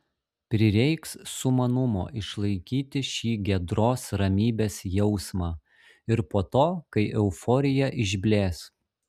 prireiks sumanumo išlaikyti šį giedros ramybės jausmą ir po to kai euforija išblės